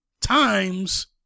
times